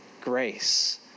grace